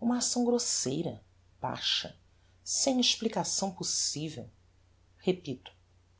uma acção grosseira baixa sem explicação possivel repito